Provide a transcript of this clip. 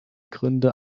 gründer